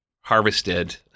harvested